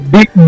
Big